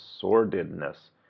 sordidness